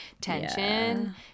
tension